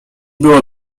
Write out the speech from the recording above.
było